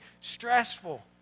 stressful